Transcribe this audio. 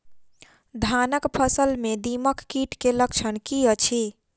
धानक फसल मे दीमक कीट केँ लक्षण की अछि?